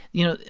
you know,